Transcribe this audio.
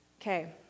Okay